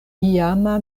iama